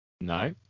No